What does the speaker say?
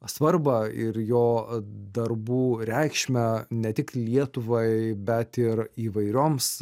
svarbą ir jo darbų reikšmę ne tik lietuvai bet ir įvairioms